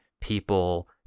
people